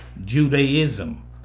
Judaism